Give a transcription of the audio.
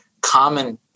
common